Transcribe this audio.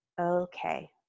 okay